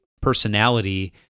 personality